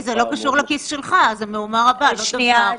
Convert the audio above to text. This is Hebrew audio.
כי זה לא קשור לכיס שלך אז זה "מהומה רבה על לא דבר".